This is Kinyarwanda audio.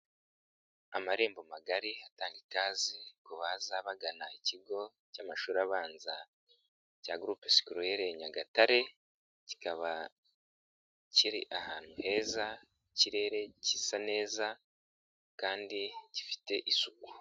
Amarembo magari atanga ikaze kubaza bagana ikigo cy'amashuri abanza cya Groupe scolaire Nyagatare, kikaba kiri ahantu heza, ikirere gisa neza kandi gifite isuku.